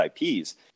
IPs